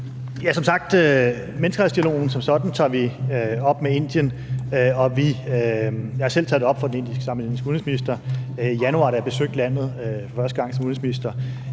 Som sagt tager vi menneskerettighedsdialogen som sådan op med Indien – jeg har selv taget det op over for den indiske udenrigsminister i januar, da jeg besøgte landet for første gang som udenrigsminister.